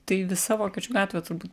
tai visa vokiečių gatvė turbūt